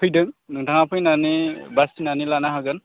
फैदो नोंथाङा फैनानै बासिनानै लानो हागोन